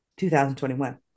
2021